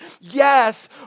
Yes